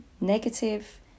negative